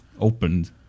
opened